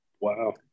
wow